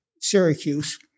Syracuse